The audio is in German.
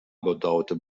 bedauerte